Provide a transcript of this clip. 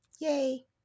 yay